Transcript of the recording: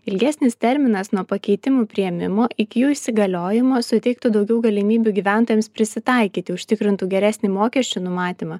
ilgesnis terminas nuo pakeitimų priėmimo iki jų įsigaliojimo suteiktų daugiau galimybių gyventojams prisitaikyti užtikrintų geresnį mokesčių numatymą